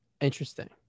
Interesting